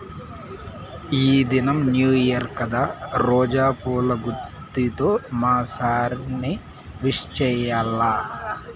ఈ దినం new year కదా రోజా పూల గుత్తితో మా సార్ ని విష్ చెయ్యాల్ల